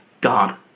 God